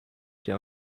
der